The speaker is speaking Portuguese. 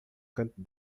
quente